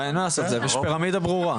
אין מה לעשות, יש פירמידה ברורה.